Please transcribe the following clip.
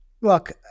look